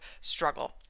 struggle